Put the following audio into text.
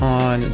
on